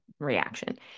Reaction